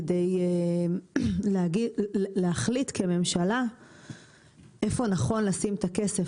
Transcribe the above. כדי להחליט כממשלה איפה נכון לשים את הכסף.